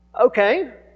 Okay